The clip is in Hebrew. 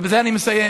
ובזה אני מסיים,